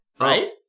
Right